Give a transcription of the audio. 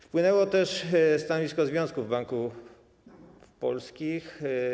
Wpłynęło też stanowisko Związku Banków Polskich.